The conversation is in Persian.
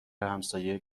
همسایه